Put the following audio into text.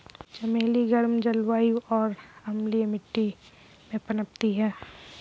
चमेली गर्म जलवायु और अम्लीय मिट्टी में पनपती है